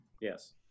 Yes